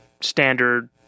standard